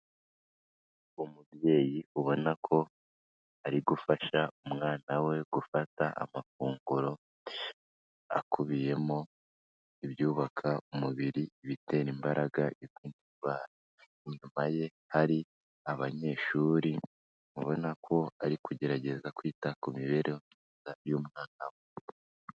Umubyeyi ubona ko ari gufasha umwana we gufata amafunguro akubiyemo ibyubaka umubiri, ibitera imbaraga, inyuma ye hari abanyeshuri ubona ko ari kugerageza kwita ku mibereho myiza y'umwana we.